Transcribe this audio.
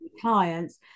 clients